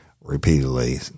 repeatedly